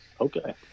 Okay